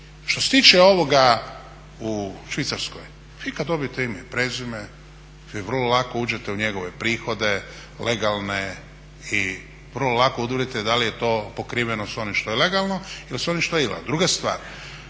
Što se tiče ovoga u Švicarskoj, vi kad dobijete ime i prezime vi vrlo lako uđete u njegove prihode legalne i vrlo lako utvrdite da li je to pokriveno s onim što je legalno ili s onim što je